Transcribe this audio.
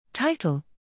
Title